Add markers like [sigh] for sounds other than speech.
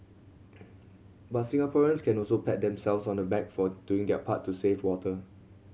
[noise] but Singaporeans can also pat themselves on the back for doing their part to save water